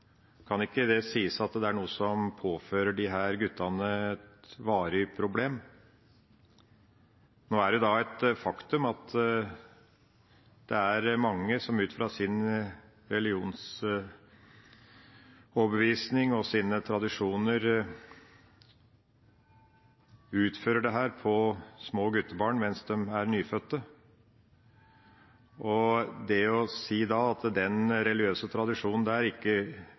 kan ikke det sies at det er noe som påfører disse guttene et varig problem. Det er et faktum at det er mange som ut fra sin religionsoverbevisning og sine tradisjoner utfører dette på små guttebarn mens de er nyfødte. Det å si at den religiøse tradisjonen ikke